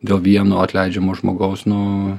dėl vieno atleidžiamo žmogaus nu